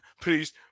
please